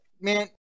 man